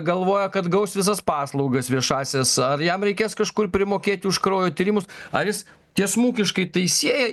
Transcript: galvoja kad gaus visas paslaugas viešąsias ar jam reikės kažkur primokėti už kraujo tyrimus ar jis tiesmukiškai tai sieja